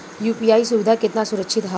UPI सुविधा केतना सुरक्षित ह?